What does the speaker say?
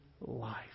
life